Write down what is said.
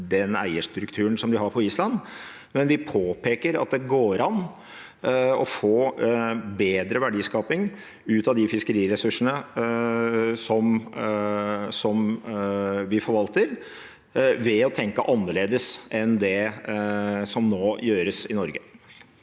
rettferdig fordeling 3327 har på Island, men vi påpeker at det går an å få bedre verdiskaping ut av de fiskeriressursene vi forvalter, ved å tenke annerledes enn det som nå gjøres i Norge.